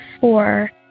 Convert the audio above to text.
four